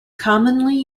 commonly